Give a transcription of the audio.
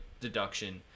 deduction